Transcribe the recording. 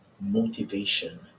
Motivation